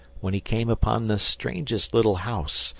when he came upon the strangest little house,